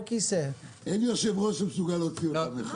אין יושב ראש שמסוגל להוציא אותה.